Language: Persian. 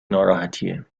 ناراحتیه